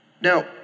Now